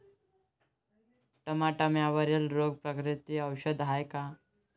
टमाट्यावरील रोग प्रतीकारक औषध हाये का?